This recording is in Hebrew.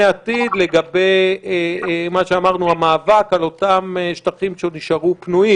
עתיד לגבי המאבק על אותם שטחים שעוד יישארו פנויים?